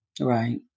Right